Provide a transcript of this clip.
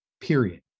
period